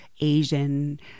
Asian